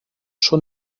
schon